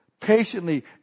Patiently